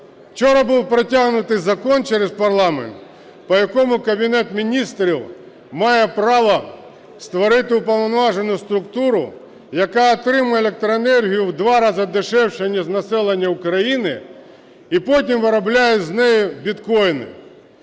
Вчора був протягнутий закон через парламент, по якому Кабінет Міністрів має право створити уповноважену структуру, яка отримує електроенергію в два рази дешевше, ніж населення України, і потім виробляє з неї біткоїни.